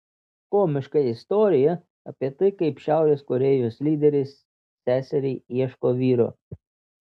komiška istorija apie tai kaip šiaurės korėjos lyderis seseriai ieško vyro